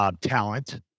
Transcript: talent